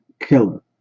killer